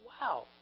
Wow